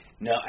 No